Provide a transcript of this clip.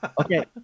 Okay